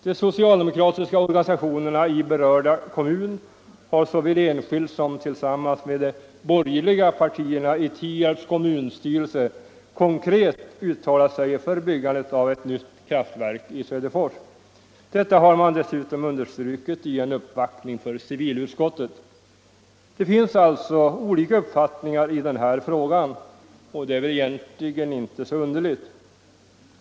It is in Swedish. De socialdemokratiska organisationerna i berörda kommun har såväl enskilt som tillsammans med de borgerliga partierna i Tierps kommunstyrelse konkret uttalat sig för byggandet av ett nytt kraftverk i Söderfors. Det har man dessutom understrukit vid en uppvaktning inför civilutskottet. Det finns alltså olika uppfattningar i denna fråga, och det är väl egentligen inte underligt.